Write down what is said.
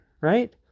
right